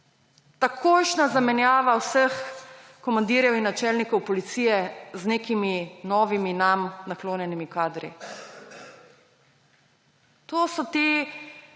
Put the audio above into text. Takojšnja zamenjava vseh komandirjev in načelnikov policije z nekimi novimi, nam naklonjenimi kadri. To so te